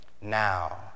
Now